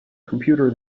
computer